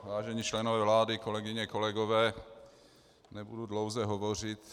Vážení členové vlády, kolegyně, kolegové, nebudu dlouze hovořit.